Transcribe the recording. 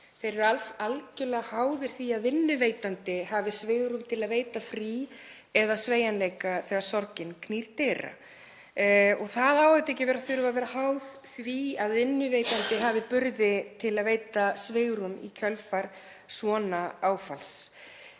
Þeir eru algerlega háðir því að vinnuveitandi hafi svigrúm til að veita frí eða sveigjanleika þegar sorgin knýr dyra og það á auðvitað ekki að þurfa að vera háð því að vinnuveitandi hafi burði til að veita svigrúm í kjölfar svona áfalls.